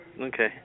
Okay